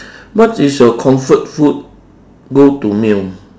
what is your comfort food go to meal